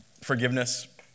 forgiveness